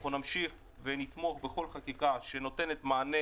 אנחנו נמשיך ונתמוך בכל חקיקה שנותנת מענה